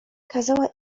kazała